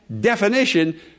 definition